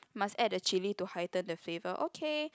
must add the chili to heighten the flavour okay